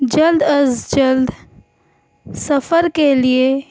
جلد از جلد سفر کے لیے